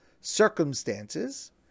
circumstances